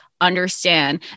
understand